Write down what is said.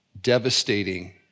devastating